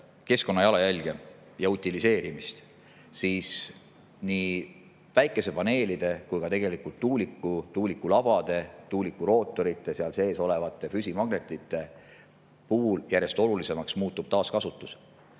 keskkonnajalajälge ja utiliseerimist, siis nii päikesepaneelide kui ka tegelikult tuulikute puhul – tuulikulabade, tuuliku rootorite, seal sees olevate püsimagnetite puhul – järjest olulisemaks muutub taaskasutus.